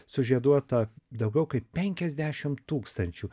sužieduota daugiau kaip penkiasdešimt tūkstančių